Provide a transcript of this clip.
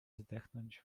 zdechnąć